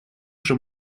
уже